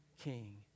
King